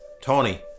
Tony